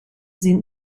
sind